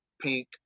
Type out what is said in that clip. Pink